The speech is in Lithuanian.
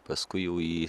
paskui jau į